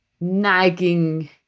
nagging